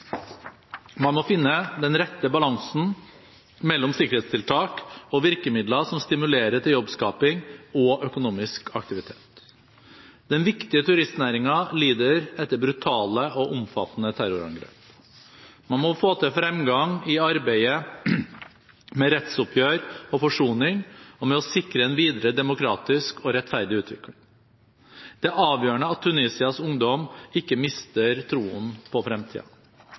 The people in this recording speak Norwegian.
Man må finne den rette balansen mellom sikkerhetstiltak og virkemidler som stimulerer til jobbskaping og økonomisk aktivitet. Den viktige turistnæringen lider etter brutale og omfattende terrorangrep. Man må få til fremgang i arbeidet med rettsoppgjør og forsoning og med å sikre en videre demokratisk og rettferdig utvikling. Det er avgjørende at Tunisias ungdom ikke mister troen på